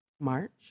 March